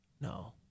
No